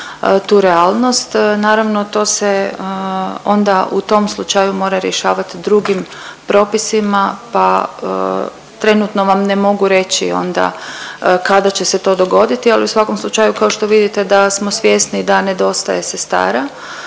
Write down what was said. tu realnost. Naravno to se onda u tom slučaju mora rješavati drugim propisima pa trenutno vam ne mogu reći onda kada će se to dogoditi. Ali u svakom slučaju kao što vidite da smo svjesni da nedostaje sestara,